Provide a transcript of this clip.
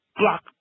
block